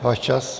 Váš čas!